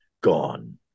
gone